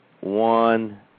one